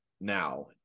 now